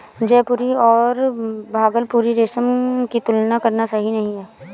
जयपुरी और भागलपुरी रेशम की तुलना करना सही नही है